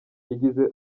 yagize